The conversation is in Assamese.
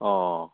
অঁ